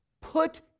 Put